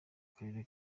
akarere